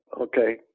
okay